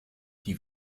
die